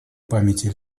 памяти